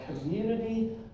community